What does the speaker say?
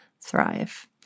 thrive